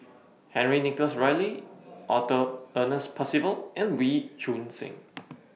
Henry Nicholas Ridley Arthur Ernest Percival and Wee Choon Seng